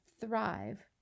Thrive